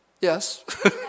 Yes